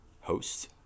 host